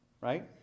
right